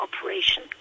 operation